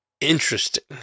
Interesting